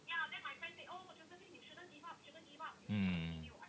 mm